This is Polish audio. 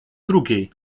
drugiej